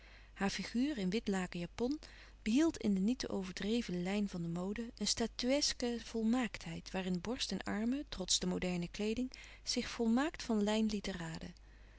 haar figuur in wit laken japon behield in de niet te overdreven lijn van de mode een statuesque volmaaktheid waarin borst en armen trots de moderne kleeding zich volmaakt van lijn lieten raden